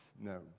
no